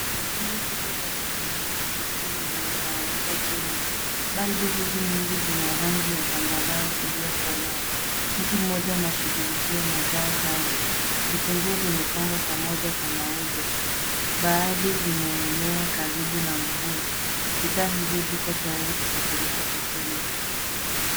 Rundo kubwa la vitunguu jekundu limetawanyika chini. Balbu hizi nyingi zina rangi ya zambarau iliyokolea. Mtu mmoja anashughulikia mazao haya. Vitunguu vimepangwa pamoja kwa mauzo baadhi vimeenea karibu na mguu. Bidhaa hizi ziko tayari kisafirishwa sokoni.